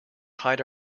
hide